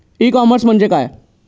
E commerce म्हणजे काय?